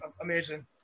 amazing